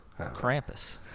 Krampus